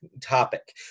topic